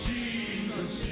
Jesus